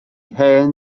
hen